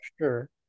Sure